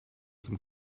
some